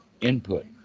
input